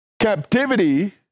captivity